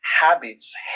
habits